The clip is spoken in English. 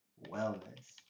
wellness.